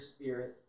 spirit